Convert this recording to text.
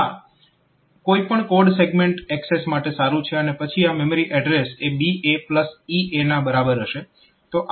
તો આ કોઈ પણ કોડ સેગમેન્ટ એક્સેસ માટે સારું છે અને પછી આ મેમરી એડ્રેસ એ BA EA ના બરાબર હશે